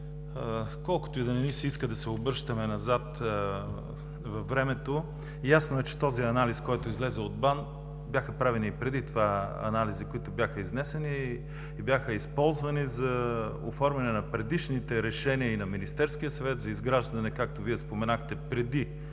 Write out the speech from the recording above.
колкото и да не ни се иска да се обръщаме назад във времето, ясно е, че преди този анализ, който излезе от БАН, бяха правени и преди това анализи, които бяха изнесени и бяха използвани за оформяне на предишните решения на Министерския съвет за изграждане още в началото